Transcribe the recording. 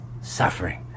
Suffering